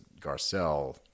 Garcelle